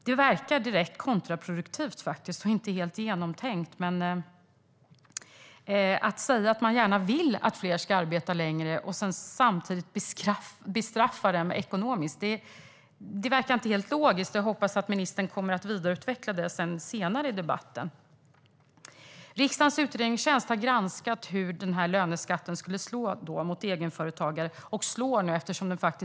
Det verkar rent kontraproduktivt och inte helt genomtänkt att säga att man gärna vill att fler ska arbeta längre och samtidigt bestraffa dem ekonomiskt. Det verkar inte helt logiskt. Jag hoppas att ministern kommer att vidareutveckla det senare i debatten. Riksdagens utredningstjänst har granskat hur löneskatten skulle slå mot egenföretagare, och nu slår eftersom den är höjd.